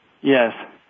Yes